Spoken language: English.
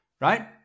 right